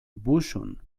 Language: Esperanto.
buŝon